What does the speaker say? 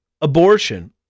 abortion